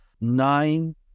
nine